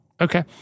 Okay